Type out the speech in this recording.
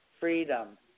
Freedom